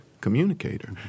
communicator